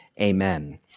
amen